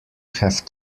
have